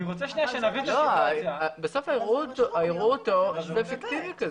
בסוף ה"יראו אותו", זה פיקטיבי.